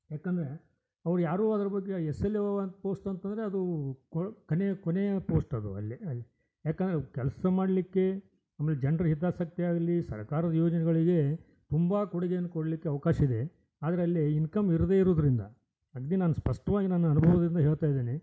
ಯಾಕಂದರೆ ಅವ್ರು ಯಾರೂ ಅದ್ರ ಬಗ್ಗೆ ಎಸ್ ಎಲ್ ಓ ಅಂಥ ಪೋಸ್ಟ್ ಅಂತಂದರೆ ಅದೂ ಕೊನೆಯ ಕೊನೆಯ ಪೋಸ್ಟ್ ಅದು ಅಲ್ಲಿ ಅಲ್ಲಿ ಯಾಕಂದರೆ ಕೆಲಸ ಮಾಡಲಿಕ್ಕೆ ಆಮೇಲೆ ಜನ್ರ ಹಿತಾಸಕ್ತಿ ಆಗಲೀ ಸರ್ಕಾರದ ಯೋಜನೆಗಳಿಗೆ ತುಂಬ ಕೊಡುಗೆಯನ್ನು ಕೊಡಲಿಕ್ಕೆ ಅವಕಾಶ ಇದೆ ಆದರೆ ಅಲ್ಲಿ ಇನ್ಕಮ್ ಇರದೇ ಇರೋದ್ರಿಂದ ಅಗ್ದಿ ನಾನು ಸ್ಪಷ್ಟವಾಗಿ ನನ್ನ ಅನುಭವದಿಂದ ಹೇಳ್ತಾ ಇದೀನಿ